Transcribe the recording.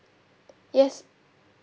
yes